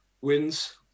wins